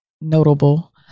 notable